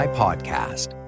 podcast